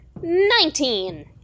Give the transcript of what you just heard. Nineteen